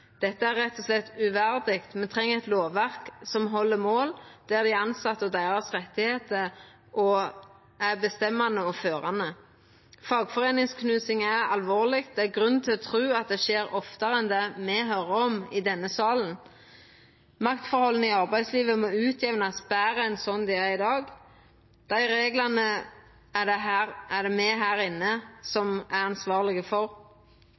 Dette er rett og slett uverdig. Me treng eit lovverk som held mål, der dei tilsette og deira rettar er bestemmande og førande. Fagforeiningsknusing er alvorleg, og det er grunn til å tru at det skjer oftare enn det me høyrer om i denne salen. Maktforholda i arbeidslivet må utjamnast betre enn slik det er i dag. Dei reglane er me her inne ansvarlege for.